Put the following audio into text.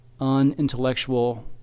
unintellectual